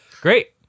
Great